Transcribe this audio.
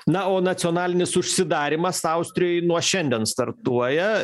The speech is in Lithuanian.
na o nacionalinis užsidarymas austrijoj nuo šiandien startuoja